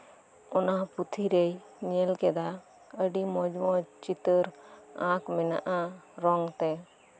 ᱚᱱᱟ ᱯᱩᱛᱷᱤᱨᱮᱭ ᱧᱮᱞ ᱠᱮᱫᱟ ᱟᱹᱰᱤ ᱢᱚᱸᱡᱽ ᱢᱚᱸᱡᱽ ᱪᱤᱛᱟᱹᱨ ᱢᱮᱱᱟᱜ